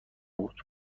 بود